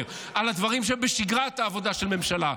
אני מדבר על הדברים שהם בשגרת העבודה של ממשלה.